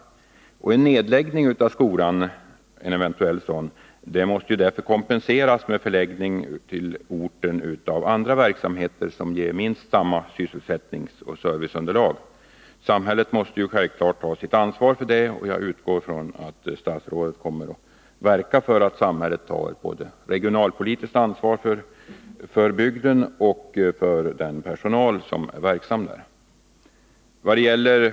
En eventuell nedläggning av skolan måste kompenseras med en förläggning till orten av andra verksamheter som ger minst samma sysselsättningsoch serviceunderlag. Samhället måste självfallet ta sitt ansvar för detta, och jag utgår ifrån att statsrådet kommer att verka för att samhället tar både regionalpolitiskt ansvar för bygden och ansvar för den personal som är verksam vid skolan.